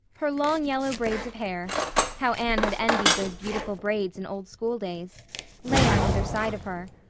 her long yellow braids of hair how anne had envied those beautiful braids in old schooldays lay on either side of her.